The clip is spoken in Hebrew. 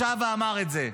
ישב ואמר את זה.